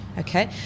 Okay